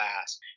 fast